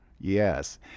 yes